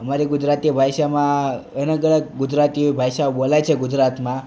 અમારી ગુજરાતી ભાષામાં અલગ અલગ ગુજરાતીઓ ભાષા બોલાય છે ગુજરાતમાં